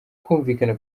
kumvikana